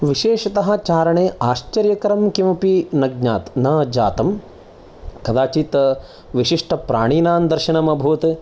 विशेषतः चारणे आश्चर्यकारं किमपि न ज्ञात् न जातम् कदाचित् विशिष्टप्राणीनां दर्शनम् अभूत्